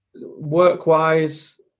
Work-wise